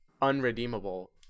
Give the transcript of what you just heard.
unredeemable